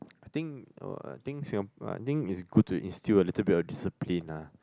I think uh I think Singap~ uh I think it's good to instil a little bit of discipline lah